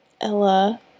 Ella